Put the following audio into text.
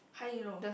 how you know